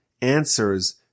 answers